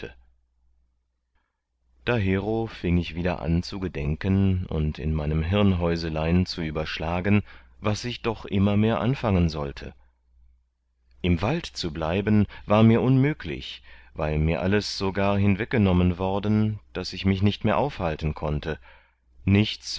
dahero fieng ich wieder an zu gedenken und in meinem hirnhäuselein zu überschlagen was ich doch immermehr anfangen sollte im wald zu bleiben war mir unmüglich weil mir alles so gar hinweggenommen worden daß ich mich nicht mehr aufhalten konnte nichts